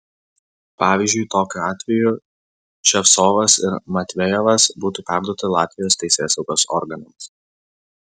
pavyzdžiui tokiu atveju ševcovas ir matvejevas būtų perduoti latvijos teisėsaugos organams